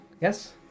Yes